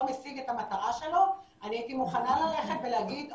משיג את המטרה שלו אז הייתי מוכנה ללכת ולהגיד אוקיי,